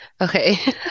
Okay